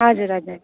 हजुर हजुर